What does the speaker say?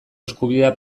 eskubidea